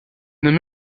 nommé